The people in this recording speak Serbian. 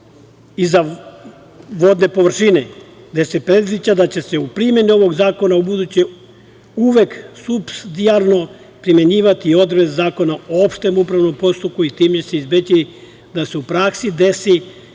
za vodne površine, gde se predviđa da će se u primeni ovog zakona u buduće uvek supstidijarno primenjivati odredbe Zakona o opštem upravnom postupku i time se izbeći da se u praksi desi